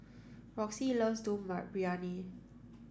Roxie loves Dum Briyani